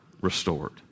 restored